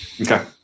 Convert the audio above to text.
Okay